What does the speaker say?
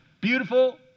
beautiful